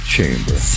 Chamber